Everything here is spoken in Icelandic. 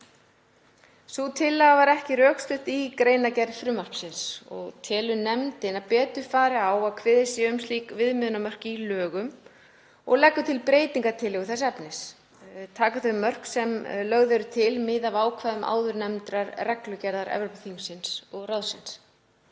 Sú tillaga var ekki rökstudd í greinargerð frumvarpsins og telur nefndin að betur fari á að kveðið sé á um slík viðmiðunarmörk í lögum og leggur til breytingartillögu þess efnis. Taka þau mörk sem lögð eru til mið af ákvæðum framangreindrar reglugerðar Evrópuþingsins og ráðsins.